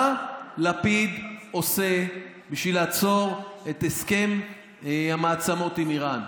מה לפיד עושה בשביל לעצור את הסכם המעצמות עם איראן?